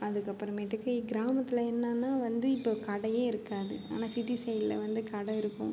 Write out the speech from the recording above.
அதுக்கப்புறமேட்டுக்கு கிராமத்தில் என்னான்னால் வந்து இப்போ கடையே இருக்காது ஆனால் சிட்டி சைடில் வந்து கடை இருக்கும்